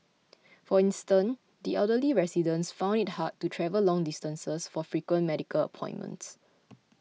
for instance the elderly residents found it hard to travel long distances for frequent medical appointments